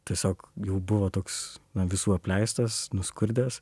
tiesiog jau buvo toks na visų apleistas nuskurdęs